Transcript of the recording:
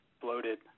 bloated